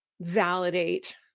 validate